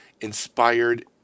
inspired